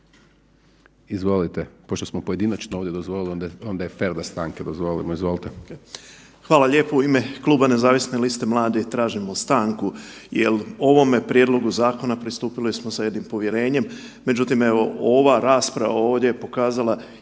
Izvolite, pošto smo pojedinačno ovdje dozvolili onda je fer da stanke dozvolimo. Izvolite. **Panenić, Tomislav (Nezavisni)** Hvala lijepo. U ime Kluba nezavisne liste mladih tražimo stanku jel ovome prijedlogu zakona pristupili smo sa jednim povjerenjem. Međutim, evo ova rasprava ovdje je pokazala